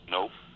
Nope